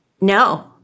No